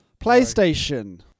PlayStation